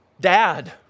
Dad